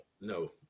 No